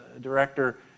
director